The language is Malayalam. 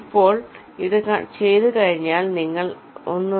ഇപ്പോൾ ഇത് ചെയ്തു കഴിഞ്ഞാൽ നിങ്ങൾ 1